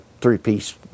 three-piece